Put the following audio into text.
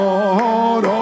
Lord